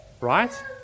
Right